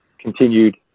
continued